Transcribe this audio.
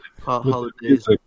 holidays